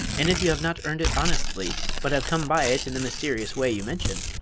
and if you have not earned it honestly, but have come by it in the mysterious way you mention,